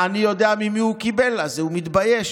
והעני יודע ממי הוא קיבל, אז הוא מתבייש.